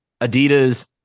Adidas